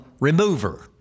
remover